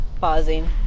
pausing